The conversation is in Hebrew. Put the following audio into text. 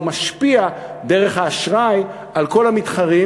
הוא משפיע דרך האשראי על כל המתחרים,